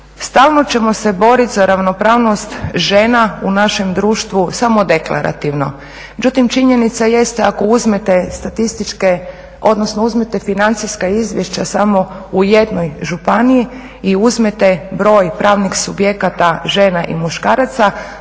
stalno ćemo se boriti za ravnopravnost žena u našem društvu samo deklarativno. Međutim, činjenica jeste ako uzmete statističke, odnosno uzmete financijska izvješća samo u jednoj županiji i uzmete broj pravnih subjekata žena i muškaraca.